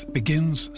begins